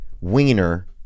wiener